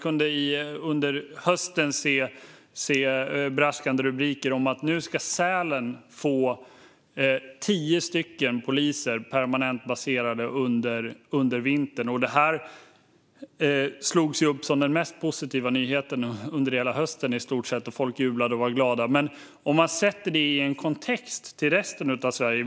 Under hösten såg vi braskande rubriker om att Sälen skulle få tio permanenta poliser under vintern. Det slogs upp som höstens mest positiva nyhet, och folk jublade. Men låt oss sätta det i relation till resten av Sverige.